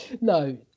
No